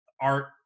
art